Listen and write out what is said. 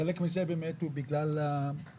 חלק מזה הוא בגלל הקורונה,